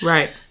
Right